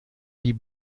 die